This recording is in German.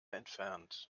entfernt